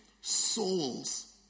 souls